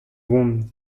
vont